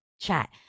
Chat